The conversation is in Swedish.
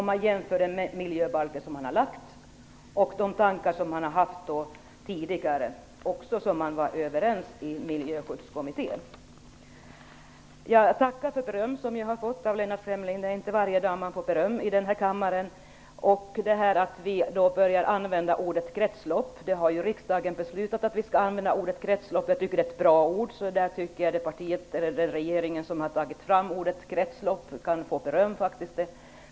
Man kan jämföra det förslag till miljöbalk som har lagts fram med de tankar som man har haft tidigare, som man också var överens om i miljöskyddskommittén. Jag tackar för det beröm som jag har fått av Lennart Fremling. Det är inte varje dag man får beröm i den här kammaren. Att vi börjar använda ordet kretslopp är något som riksdagen har beslutat. Jag tycker att det är ett bra ord. Det tycker jag att den regering som har tagit fram ordet kretslopp kan få beröm för.